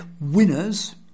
winners